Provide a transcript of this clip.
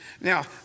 Now